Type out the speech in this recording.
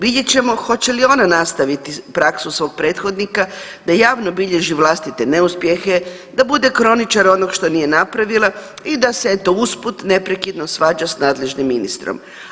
Vidjet ćemo hoće li ona nastaviti praksu svog prethodnika da javno bilježi vlastite neuspjehe, da bude kroničar onog što nije napravila i da se eto, usput, neprekidno svađa s nadležnim ministrom.